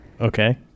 Okay